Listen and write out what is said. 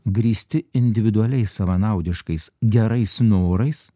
grįsti individualiais savanaudiškais gerais norais